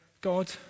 God